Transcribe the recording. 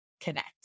connect